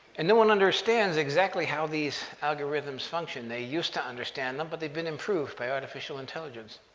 and no one understands exactly how these algorithms function. they used to understand them, but they've been improved by artificial intelligence.